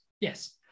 Yes